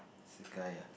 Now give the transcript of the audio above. is a guy ah